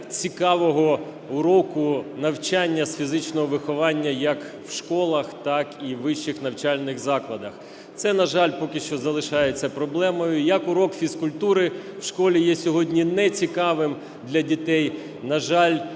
цікавого уроку навчання з фізичного виховання як в школах, так і у вищих навчальних закладах. Це, на жаль, поки що залишається проблемою. Як урок фізкультури в школі є сьогодні нецікавим для дітей, на жаль,